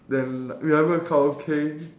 then remember the karaoke